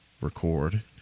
record